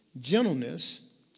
gentleness